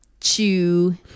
chew